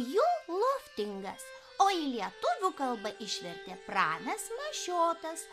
hju loftingas o į lietuvių kalbą išvertė pranas mašiotas